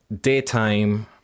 daytime